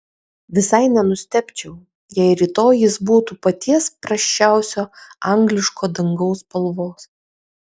visai nenustebčiau jei rytoj jis būtų paties prasčiausio angliško dangaus spalvos